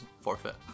forfeit